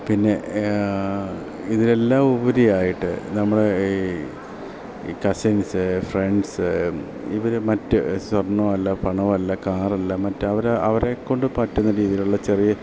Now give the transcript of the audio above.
പിന്നെ ഇതിനെല്ലാം ഉപരിയായിട്ട് നമ്മുടെ ഈ ഈ കസിൻസ് ഫ്രണ്ട്സ് ഇവർ മറ്റ് സ്വർണമല്ല പണമല്ല കാറല്ല മറ്റ് അവർ അവരെ കൊണ്ട് പറ്റുന്ന രീതിയിലുള്ള ചെറിയ